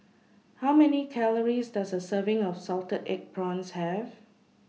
How Many Calories Does A Serving of Salted Egg Prawns Have